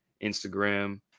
Instagram